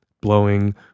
blowing